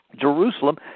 Jerusalem